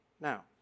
now